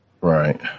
Right